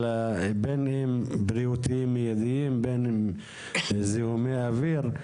בין אם בריאותיים מידיים ובין אם בזיהומי אוויר?